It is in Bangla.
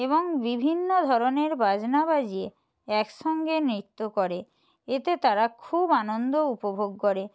এবং বিভিন্ন ধরনের বাজনা বাজিয়ে একসঙ্গে নৃত্য করে এতে তারা খুব আনন্দ উপভোগ করে